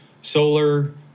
solar